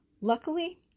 Luckily